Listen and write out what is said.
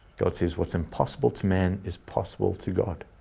god says what's impossible to man is possible to god.